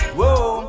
Whoa